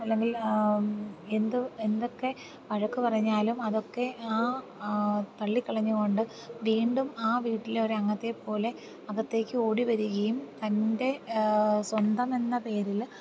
അല്ലെങ്കിൽ എന്തോ എന്തൊക്കെ വഴക്ക് പറഞ്ഞാലും അതൊക്കെ ആ തള്ളിക്കളഞ്ഞുകൊണ്ട് വീണ്ടും ആ വീട്ടിലെ ഒരംഗത്തെ പോലെ അകത്തേയ്ക്കോടി വരുകയും തൻ്റെ സ്വന്തമെന്ന പേരിൽ